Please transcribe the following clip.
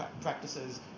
practices